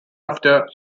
after